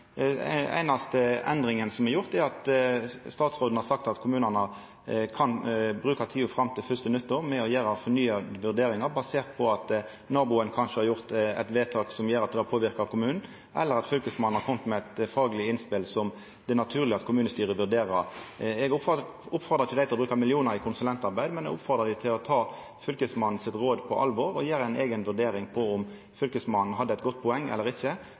ei tilråding frå fylkesmennene, og på at Stortinget skal ha det siste ordet før sommaren 2017. Så det er ikkje nokon endringar i den prosessen. Den einaste endringa som er gjort, er at statsråden har sagt at kommunane kan bruka tida fram til nyttår til å gjera nye vurderingar, basert på at naboen kanskje har gjort eit vedtak som har påverka kommunen, eller at fylkesmannen har kome med eit fagleg innspel som det er naturleg at kommunestyret vurderer. Eg oppfordrar ikkje kommunane til å bruka millionar av kroner i konsulentarbeid, men eg oppfordrar dei til å ta fylkesmannen sitt råd på alvor